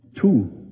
Two